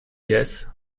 yes